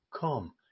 come